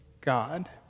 God